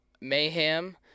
mayhem